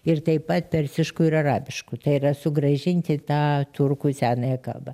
ir taip pat persiškų ir arabiškų tai yra sugrąžinti tą turkų senąją kalbą